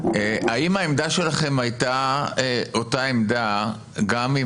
האם העמדה שלכם הייתה אותה עמדה גם אם